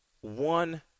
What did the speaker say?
one